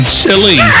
silly